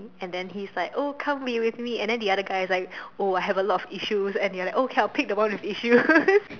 and then he's like oh come be with me and then the other guy's like oh I have a lot of issues and you're like okay I'll pick the one with issues